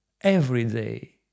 everyday